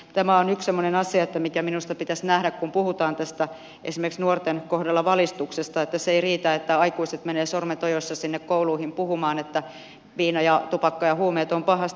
tämä on yksi semmoinen asia joka minusta pitäisi nähdä kun puhutaan esimerkiksi nuorten kohdalla valistuksesta että se ei riitä että aikuiset menevät sormi ojossa kouluihin puhumaan että viina tupakka ja huumeet ovat pahasta